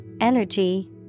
energy